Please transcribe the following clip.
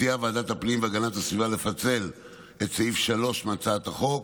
מציעה ועדת הפנים והגנת הסביבה לפצל את סעיף 3 מהצעת החוק,